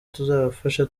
tuzabafasha